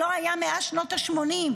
שלא היה מאז שנות השמונים,